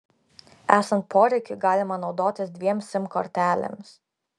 esant poreikiui galima naudotis dviem sim kortelėmis